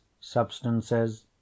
substances